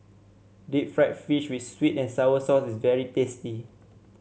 Deep Fried Fish with sweet and sour sauce is very tasty